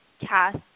cast